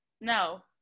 no